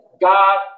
God